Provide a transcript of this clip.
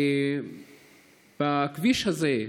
בכביש הזה,